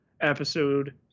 episode